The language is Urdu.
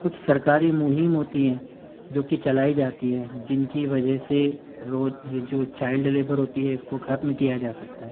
کچھ سرکاری مہم ہوتی ہیں جوکہ چلائی جاتی ہیں جن کی وجہ سے روز یہ جو چائلڈ لیبر ہوتی ہے اس کو ختم کیا جا سکتا ہے